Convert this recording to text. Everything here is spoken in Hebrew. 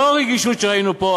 לא הרגישות שראינו פה,